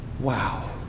Wow